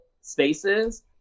spaces